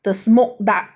the smoke duck